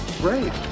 Great